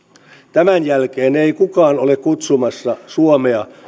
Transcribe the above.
tämän jälkeen ei kukaan ole kutsumassa suomea